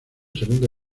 segunda